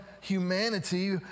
humanity